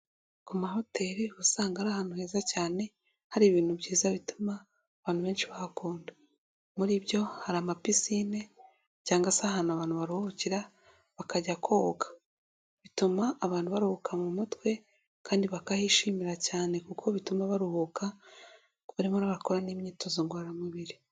Ku ma hoteli uba usanga ari ahantu heza cyane, hari ibintu byiza bituma abantu benshi bahakunda. Muri byo hari ama pisine cyangwa se ahantu abantu baruhukira bakajya koga. Bituma abantu baruhuka mu mutwe kandi bakahishimira cyane kuko bituma baruhuka barimo abakora n'imyitozo ngororamubiri.